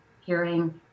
hearing